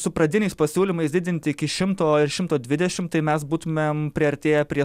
su pradiniais pasiūlymais didinti iki šimto ir šimto dvidešimt tai mes būtumėm priartėję prie